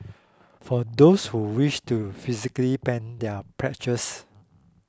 for those who wish to physically pen their pledges